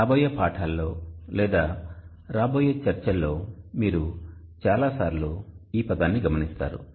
రాబోయే పాఠాలలో లేదా రాబోయే చర్చలలో మీరు చాలాసార్లు ఈ పదాన్ని గమనిస్తారు